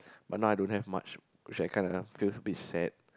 but now I don't have much which I kind of feels a bit sad